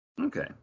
Okay